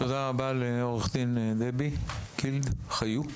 תודה רבה לעורכת דין דבי גילד חיו.